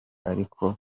ariko